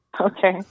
Okay